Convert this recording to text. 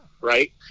right